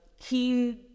keen